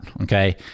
Okay